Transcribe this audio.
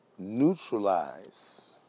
Neutralize